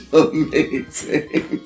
amazing